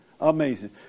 Amazing